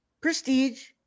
Prestige